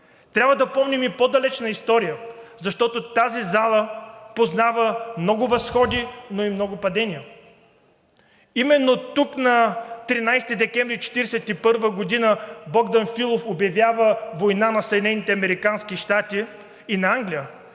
Трябва да помним и по-далечната история, защото тази зала познава много възходи, но и много падения. Именно тук на 13 декември 1941 г. Богдан Филов обявява война на Съединените